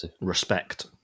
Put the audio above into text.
respect